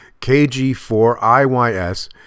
KG4IYS